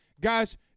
Guys